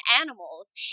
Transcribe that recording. animals